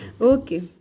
okay